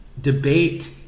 debate